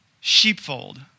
sheepfold